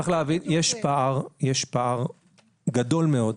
צריך להבין שיש פער גדול מאוד,